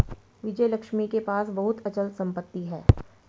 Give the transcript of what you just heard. विजयलक्ष्मी के पास बहुत अचल संपत्ति है